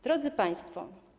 Drodzy Państwo!